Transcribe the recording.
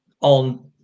on